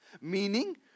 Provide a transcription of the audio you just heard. meaning